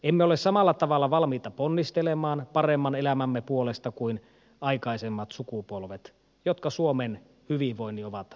emme ole samalla tavalla valmiita ponnistelemaan paremman elämämme puolesta kuin aikaisemmat sukupolvet jotka suomen hyvinvoinnin ovat rakentaneet